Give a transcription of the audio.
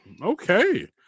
Okay